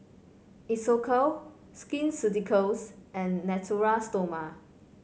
Isocal Skin Ceuticals and Natura Stoma